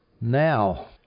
Now